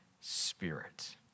Spirit